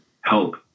help